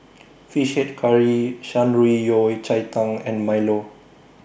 Fish Head Curry Shan Rui Yao Cai Tang and Milo